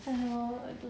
看 lor I do